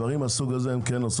דברים מהסוג הזה הן עושות,